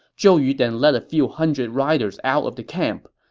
zhou yu then led a few hundred riders out of the camp.